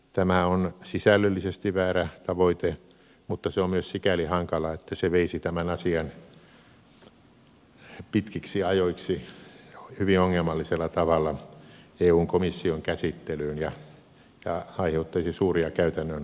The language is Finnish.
tämä on sisällöllisesti väärä tavoite mutta se on myös sikäli hankala että se veisi tämän asian pitkiksi ajoiksi hyvin ongelmallisella tavalla eun komission käsittelyyn ja aiheuttaisi suuria käytännön ongelmia